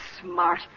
smart